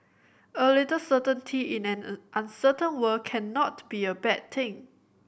a little certainty in an an uncertain world cannot be a bad thing